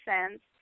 Cents